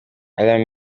alarm